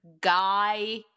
Guy